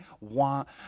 want